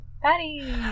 patty